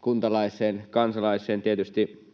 kuntalaiseen ja kansalaiseen tietysti